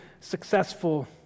successful